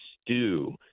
stew